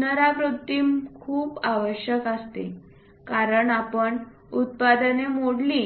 पुनरावृत्ती खूप आवश्यक असते कारण आपण उत्पादने मोडली